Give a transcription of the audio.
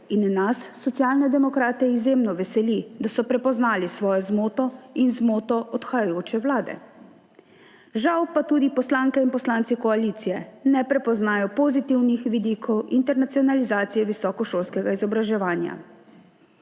in nas, Socialne demokrate, izjemno veseli, da so prepoznali svojo zmoto in zmoto odhajajoče vlade. Žal pa tudi poslanke in poslanci koalicije ne prepoznajo pozitivnih vidikov internacionalizacije visokošolskega izobraževanja.